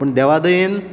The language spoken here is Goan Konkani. पूण देवा दयेन